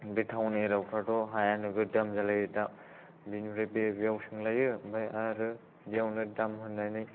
बे टाउन एरियाफ्रावथ' हाया नोगोद दाम जालायो दा बिनिफ्राय बे बेयाव सोंलायो ओमफ्राय आरो बिदियावनो दाम होननानै